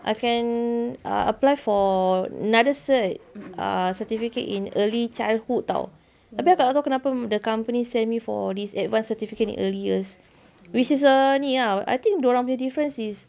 I can apply for another cert ah certificate in early childhood tapi kakak tak tahu kenapa the company sent me for this advanced certificate in early years which is err ni ah I think dia orang punya difference is